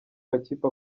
makipe